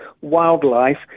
wildlife